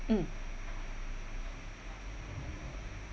mm